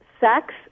sex